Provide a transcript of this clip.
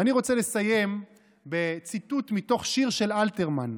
ואני רוצה לסיים בציטוט מתוך שיר של אלתרמן,